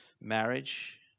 marriage